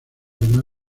hermana